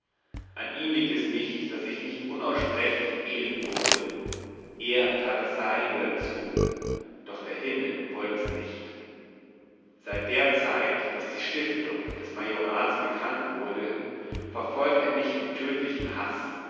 an ihm liegt es nicht daß ich nicht unaussprechlich elend wurde er tat das seinige dazu doch der himmel wollt es nicht seit der zeit daß die stiftung des majorats bekannt wurde verfolgt er mich mit tödlichem haß